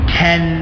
ten